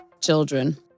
children